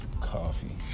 coffee